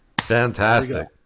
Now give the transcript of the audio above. Fantastic